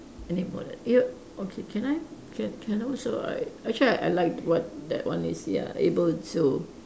anymore than yup okay can I can can I also like actually I like what that one is ya able to